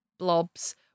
Blobs